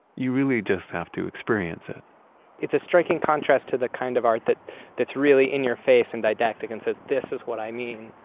you really just have to experience it it's a striking contrast to the kind of art that that's really in your face and didactic and says this is what i mean,